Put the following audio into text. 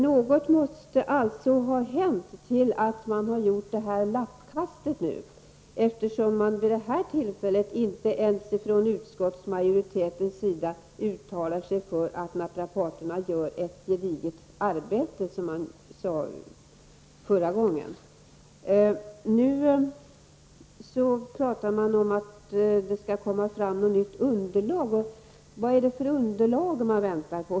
Något måste alltså ha hänt för att man skulle göra detta lappkast, eftersom man vid detta tillfälle inte ens från utskottsmajoritetens sida uttalar sig för att naprapaterna gör ett gediget arbete, vilket man sade förra gången. Nu pratar man om att det skall komma fram ett nytt underlag. Vilket underlag är det man väntar på?